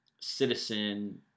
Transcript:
citizen